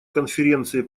конференции